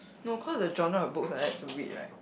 no cause the genre of books I like to read right